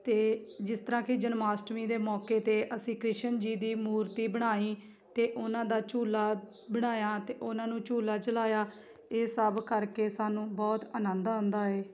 ਅਤੇ ਜਿਸ ਤਰ੍ਹਾਂ ਕਿ ਜਨਮ ਅਸ਼ਟਮੀ ਦੇ ਮੌਕੇ 'ਤੇ ਅਸੀਂ ਕ੍ਰਿਸ਼ਨ ਜੀ ਦੀ ਮੂਰਤੀ ਬਣਾਈ ਅਤੇ ਉਹਨਾਂ ਦਾ ਝੂਲਾ ਬਣਾਇਆ ਅਤੇ ਉਹਨਾਂ ਨੂੰ ਝੂਲਾ ਝੁਲਾਇਆ ਇਹ ਸਭ ਕਰਕੇ ਸਾਨੂੰ ਬਹੁਤ ਅਨੰਦ ਆਉਂਦਾ ਹੈ